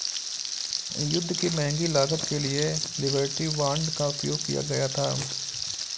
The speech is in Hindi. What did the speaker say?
युद्ध की महंगी लागत के लिए लिबर्टी बांड का उपयोग किया गया था